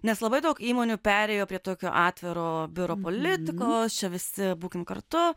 nes labai daug įmonių perėjo prie tokio atviro biuro politikos čia visi būkim kartu